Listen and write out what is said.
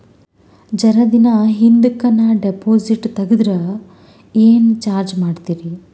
ಜರ ದಿನ ಹಿಂದಕ ನಾ ಡಿಪಾಜಿಟ್ ತಗದ್ರ ಏನ ಚಾರ್ಜ ಮಾಡ್ತೀರಿ?